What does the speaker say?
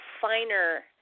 finer